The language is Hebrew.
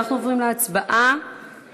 אנחנו עוברים להצבעה על